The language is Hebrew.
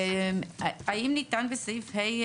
האם ניתן בסעיף (ה)